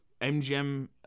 MGM